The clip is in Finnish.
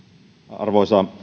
arvoisa